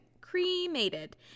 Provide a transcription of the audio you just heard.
cremated